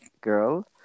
girl